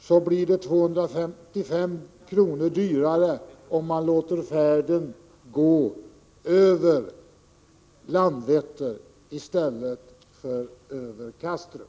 så blir det 255 kr. dyrare om man låter färden gå över Landvetter i stället för Kastrup.